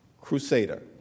crusader